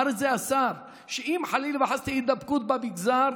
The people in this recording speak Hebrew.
אמר השר שאם חלילה וחס תהיה הידבקות במגזר,